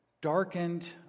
darkened